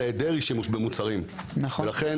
ובכלל